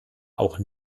auch